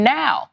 now